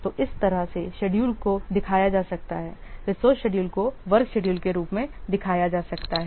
तो इस तरह से शेड्यूल को दिखाया जा सकता है रिसोर्स शेडूल को वर्क शेड्यूल के रूप में दिखाया जा सकता है